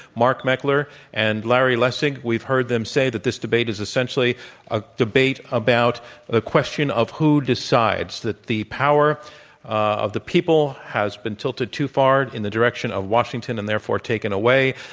mark meckler and larry lessig. we've heard them say that this debate is essentially a debate about a question of who decides, that the power of the people has been tilted too far in the direction of washington and therefore taken away,